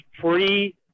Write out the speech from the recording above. free